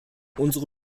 unsere